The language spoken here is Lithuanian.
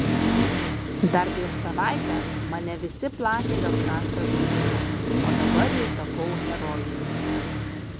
dar prieš savaitę mane visi plakė dėl prasto žaidimo o dabar jau tapau herojumi